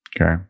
Okay